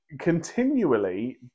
continually